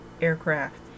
aircraft